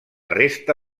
resta